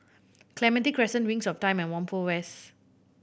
Clementi Crescent Wings of Time and Whampoa West